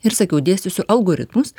ir sakiau dėstysiu algoritmus